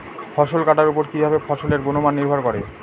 ফসল কাটার উপর কিভাবে ফসলের গুণমান নির্ভর করে?